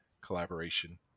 collaboration